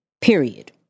period